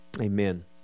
Amen